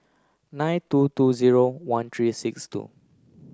nine two two zero one three six two